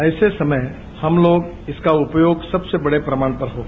ऐसे समय हम लोग इसका उपयोग सबसे बड़े प्रमाण पर होगा